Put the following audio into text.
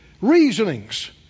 Reasonings